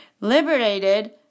liberated